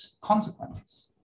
consequences